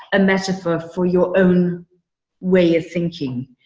a metaphor for your own way of thinking,